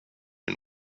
ein